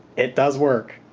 it does work!